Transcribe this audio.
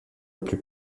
plus